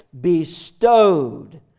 bestowed